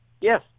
Yes